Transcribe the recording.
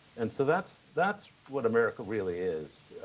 and so that's that's what america really is,